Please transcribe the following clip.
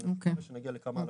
ואני מקווה שנגיע לכמה אלפים.